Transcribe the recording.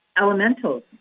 elementals